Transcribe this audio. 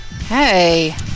Hey